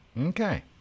Okay